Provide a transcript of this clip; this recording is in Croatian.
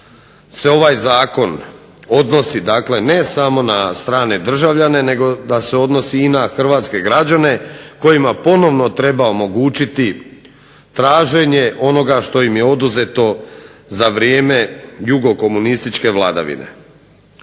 ovaj zakon odnosi dakle ne samo na strane državljane nego da se odnosi i na hrvatske građane kojima ponovno treba omogućiti traženje onoga što im je oduzeto za vrijeme jugokomunističke vladavine.